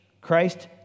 Christ